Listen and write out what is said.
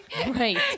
right